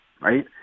right